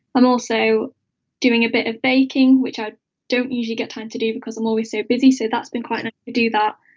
i'm also doing a bit of baking, which i don't usually get time to do because i'm always so busy, so that's been quite nice ah to do that.